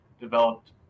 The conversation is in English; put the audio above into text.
developed